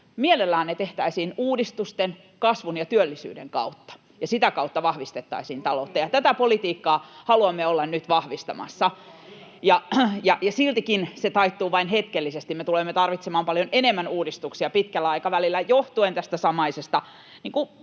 Mielellään ne tehtäisiin uudistusten, kasvun ja työllisyyden kautta ja sitä kautta vahvistettaisiin taloutta, ja tätä politiikkaa haluamme olla nyt vahvistamassa. [Ben Zyskowicz: Olkaa hyvä!] Siltikin velkasuhde taittuu vain hetkellisesti. Me tulemme tarvitsemaan paljon enemmän uudistuksia pitkällä aikavälillä johtuen tästä samaisesta